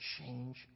change